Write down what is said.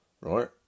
right